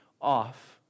off